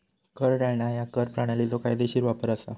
कर टाळणा ह्या कर प्रणालीचो कायदेशीर वापर असा